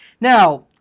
now